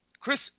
Chris